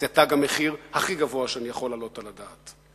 זה תג המחיר הכי גבוה שאני יכול להעלות על הדעת.